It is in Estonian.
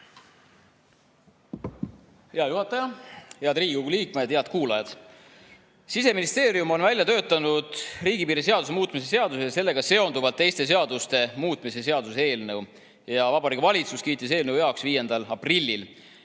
Hea juhataja! Head Riigikogu liikmed! Head kuulajad! Siseministeerium on välja töötanud riigipiiri seaduse muutmise ja sellega seonduvalt teiste seaduste muutmise seaduse eelnõu. Vabariigi Valitsus kiitis eelnõu heaks 5. aprillil.